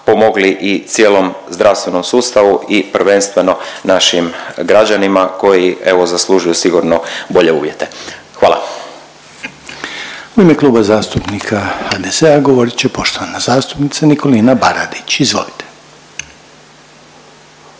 pomogli i cijelom zdravstvenom sustavu i prvenstveno našim građanima koji zaslužuju sigurno bolje uvjete. Hvala. **Reiner, Željko (HDZ)** U ime Kluba zastupnika HDZ-a govorit će poštovana zastupnica Nikolina Baradić. Izvolite.